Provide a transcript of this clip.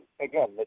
Again